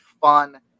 fun